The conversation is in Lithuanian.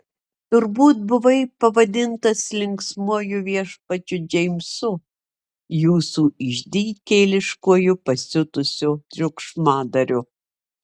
turbūt buvai pavadintas linksmuoju viešpačiu džeimsu jūsų išdykėliškuoju pasiutusiu triukšmadariu